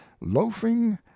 loafing